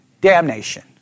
damnation